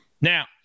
Now